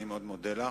אני מאוד מודה לך.